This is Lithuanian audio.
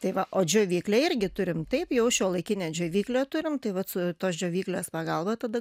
tai va o džiovyklę irgi turim taip jau šiuolaikinę džiovyklę turim tai vat su tos džiovyklės pagalba tada